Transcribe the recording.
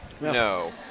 No